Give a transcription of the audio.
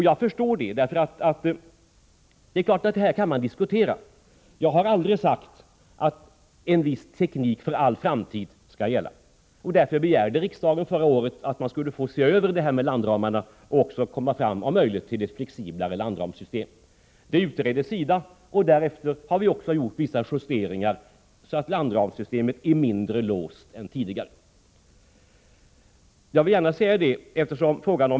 Jag förstår det, eftersom det här finns utrymme för diskussion. Jag har aldrig sagt att en viss teknik skall gälla för all framtid. Riksdagen begärde också förra året att få se över frågan om landramarna för att man om möjligt skulle kunna åstadkomma ett flexiblare landramssystem. SIDA gjorde en utredning, varefter det också har företagits vissa justeringar. Landramssystemet är därför mindre låst än tidigare.